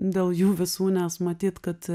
dėl jų visų nes matyt kad